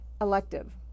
elective